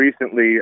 Recently